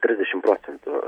trisdešimt procentų